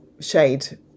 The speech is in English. shade